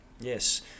Yes